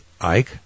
Ike